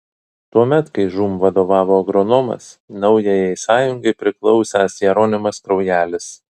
tuomet kai žūm vadovavo agronomas naujajai sąjungai priklausęs jeronimas kraujelis